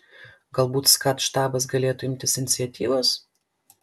galbūt skat štabas galėtų imtis iniciatyvos